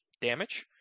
damage